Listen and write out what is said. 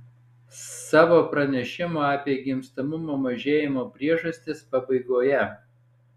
savo pranešimo apie gimstamumo mažėjimo priežastis pabaigoje